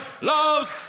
loves